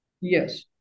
yes